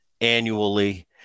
annually